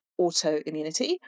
autoimmunity